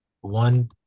one –